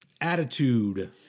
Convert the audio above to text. Attitude